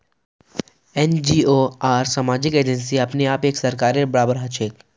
NGO आर सामाजिक agency अपने आप एक सरकारेर बराबर हछेक